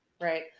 Right